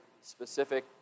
specific